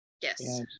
Yes